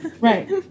Right